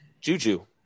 Juju